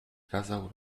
kazał